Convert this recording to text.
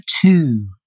two